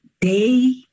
day